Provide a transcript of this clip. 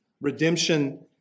Redemption